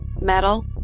metal